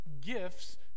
gifts